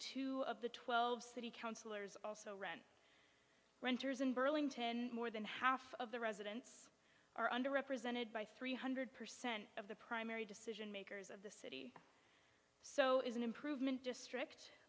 two of the twelve city councillors also rent renters in burlington more than half of the residents are under represented by three hundred percent of the primary decisions of the city so is an improvement district